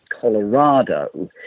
Colorado